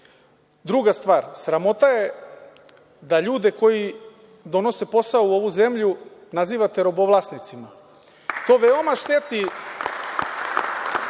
stvar, sramota je da ljude koji donose posao u ovu zemlju nazivate robovlasnicima. To veoma šteti